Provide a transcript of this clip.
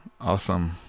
awesome